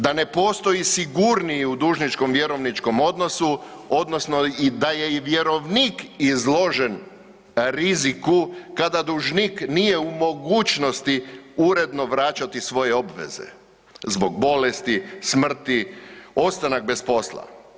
Da ne postoji sigurniji u dužničko-vjerovničkom odnosu odnosno i da je i vjerovnik izložen riziku kada dužnik nije u mogućnosti uredno vraćati svoje obveze, zbog bolesti, smrti, ostanak bez posla.